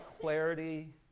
clarity